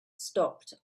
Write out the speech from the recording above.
stopped